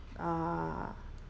uh